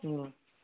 অঁ